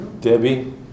Debbie